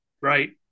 right